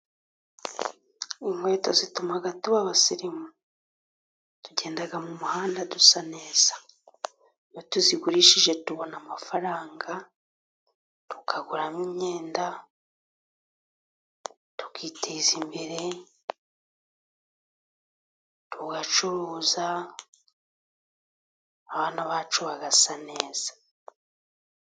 Inkweto zituma tuba abasirimu, tugenda mu muhanda dusa neza iyo tuzigurishije tubona amafaranga, tukaguramo imyenda tukiteza imbere tugacuruza abana bacu bagasa neza.